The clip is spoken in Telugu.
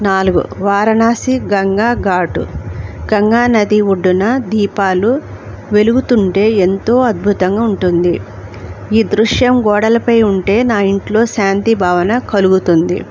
నాలుగు వారణాసి గంగా ఘాటు గంగా నది ఒడ్డున దీపాలు వెలుగుతుంటే ఎంతో అద్భుతంగా ఉంటుంది ఈ దృశ్యం గోడలపై ఉంటే నా ఇంట్లో శాంతి భావన కలుగుతుంది